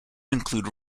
include